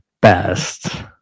best